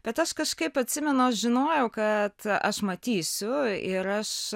bet aš kažkaip atsimenu aš žinojau kad aš matysiu ir aš